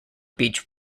beach